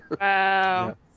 Wow